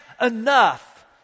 enough